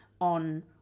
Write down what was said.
on